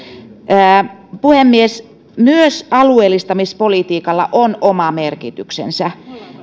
puhemies myös alueellistamispolitiikalla on oma merkityksensä